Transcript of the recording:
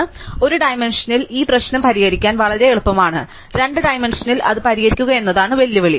അതിനാൽ ഒരു ഡൈമെൻഷനിൽ ഈ പ്രശ്നം പരിഹരിക്കാൻ വളരെ എളുപ്പമാണ് രണ്ട് ഡൈമെൻഷനിൽ അത് പരിഹരിക്കുക എന്നതാണ് വെല്ലുവിളി